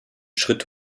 schritt